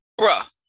Bruh